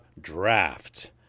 draft